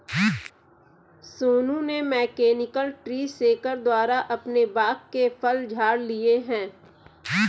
सोनू ने mechanical tree shaker द्वारा अपने बाग के फल झाड़ लिए है